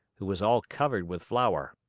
who was all covered with flour.